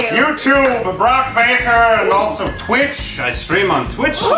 youtube, brock baker, and also twitch. i stream on twitch.